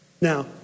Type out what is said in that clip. Now